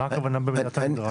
מה זה במידת הנדרש?